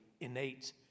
innate